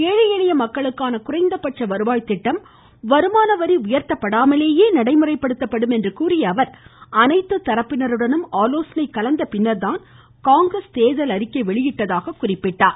ஏழை எளிய மக்களுக்கான குறைந்தபட்ச வருவாய் திட்டம் வருமான வரி உயர்த்தப்படாமலேயே நடைமுறைப்படுத்தப்படும் என்று கூறிய அவர் அனைத்து தரப்பினருடனும் ஆலோசனை மேற்கொண்ட பின்னர்தான் காங்கிரஸ் தேர்தல் அறிக்கை வெளியிட்டதாகவும் கூறினார்